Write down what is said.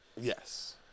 Yes